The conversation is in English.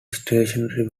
stationary